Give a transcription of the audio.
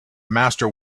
master